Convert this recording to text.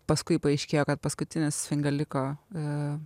paskui paaiškėjo kad paskutinis finga liko